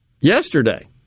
yesterday